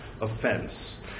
offense